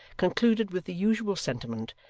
concluded with the usual sentiment,